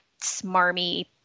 smarmy